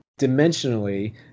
dimensionally